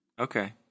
Okay